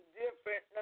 different